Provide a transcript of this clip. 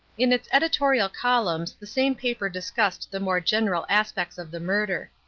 in its editorial columns the same paper discussed the more general aspects of the murder.